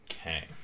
Okay